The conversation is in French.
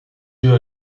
yeux